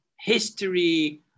history